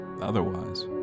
otherwise